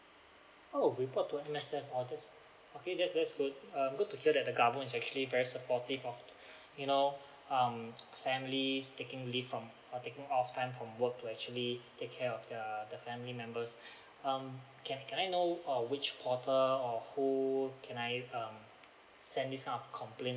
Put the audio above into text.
oh report to M_S_F or this okay that's that's good um good to hear that the government is actually very supportive of you know um families taking leave from or taking off time from work to actually take care of their the family members um can can I know uh which portal or who can I um send this kind of complaint